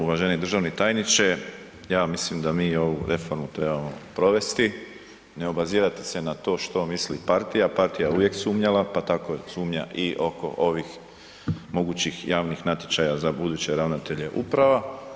Uvaženi državni tajniče, ja mislim da mi ovu reformu trebamo provesti, ne obazirati se na to što misli partija, partija uvijek je uvijek sumnjala pa tak sumnja i oko ovih mogućih javnih natječaja za buduće ravnatelje uprava.